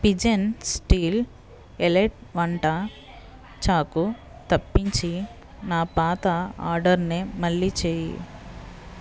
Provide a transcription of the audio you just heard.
pigeon steel elite వంట చాకు తప్పించి నా పాత ఆర్డర్నే మళ్ళీ చేయి